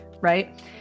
right